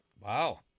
Wow